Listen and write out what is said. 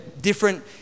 different